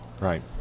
Right